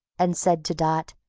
and said to dot,